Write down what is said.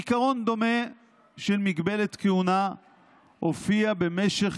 עיקרון דומה של הגבלת כהונה הופיע במשך